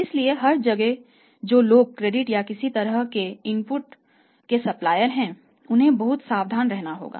इसलिए हर जगह जो लोग क्रेडिट या किसी अन्य तरह के इनपुट के सप्लायर हैं उन्हें बहुत सावधान रहना होगा